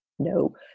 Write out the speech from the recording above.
No